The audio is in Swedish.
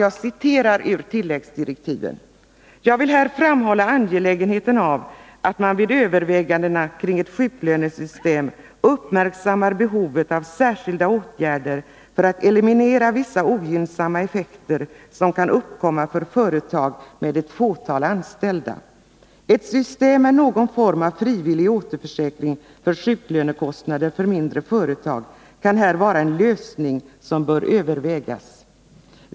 Jag citerar ur tilläggsdirektiven: ”Jag vill här framhålla angelägenheten av att man vid övervägandena kring ett sjuklönesystem uppmärksammar behovet av särskilda åtgärder för att eliminera vissa ogynnsamma effekter som kan uppkomma för ett företag med ett fåtal anställda. Ett system med någon form av frivillig återförsäkring för sjuklönekostnader för mindre företag kan här vara en lösning som bör övervägas.